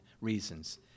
reasons